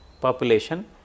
population